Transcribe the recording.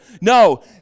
No